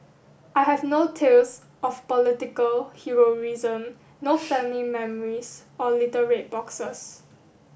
I have no tales of political heroism no family memories or little red boxes